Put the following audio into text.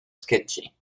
sketchy